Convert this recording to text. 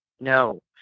No